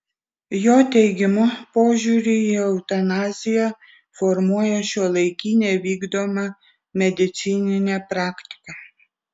jo teigimu požiūrį į eutanaziją formuoja šiuolaikinė vykdoma medicininė praktika